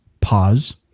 pause